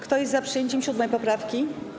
Kto jest za przyjęciem 7. poprawki?